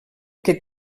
que